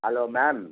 hello ma'am